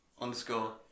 underscore